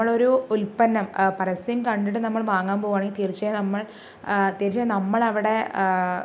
നമ്മളൊരു ഉൽപ്പന്നം പരസ്യം കണ്ടിട്ട് നമ്മൾ വാങ്ങാൻ പോവുകയാണെങ്കിൽ തീർച്ചയായും നമ്മൾ അത്യാവശ്യം നമ്മൾ അവിടെ